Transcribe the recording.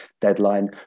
deadline